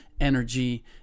energy